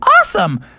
awesome